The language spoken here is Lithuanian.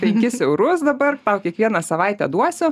penkis eurus dabar tau kiekvieną savaitę duosiu